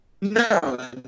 No